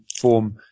form